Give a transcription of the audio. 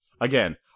again